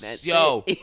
Yo